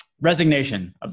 resignation